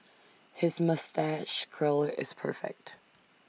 his moustache curl is perfect